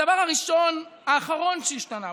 הדבר האחרון שהשתנה,